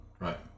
Right